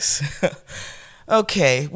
Okay